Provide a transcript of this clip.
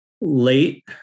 late